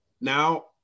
now